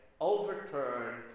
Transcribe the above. overturned